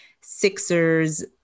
Sixers